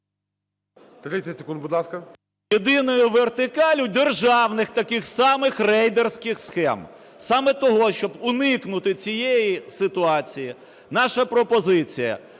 …єдиною вертикаллю державних таких самих рейдерських схем. Саме тому, щоб уникнути цієї ситуації, наша пропозиція.